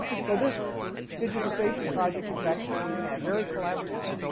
so this digitization project is actually very collaborative.